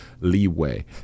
leeway